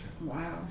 Wow